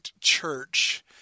church